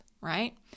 right